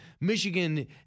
Michigan